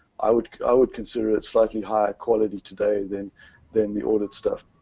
i would i would consider it slightly higher quality today than than the audit stuff.